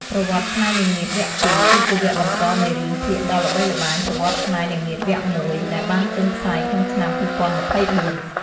ប្រវត្តិស្នេហ៍នាងនាថវគ្គ ២ គឺជាវគ្គបន្តនៃរឿងភាគដ៏ល្បីល្បាញ "ប្រវត្តិស្នេហ៍នាងនាថ វគ្គ ១" ដែលបានចេញផ្សាយក្នុងឆ្នាំ ២០២៤។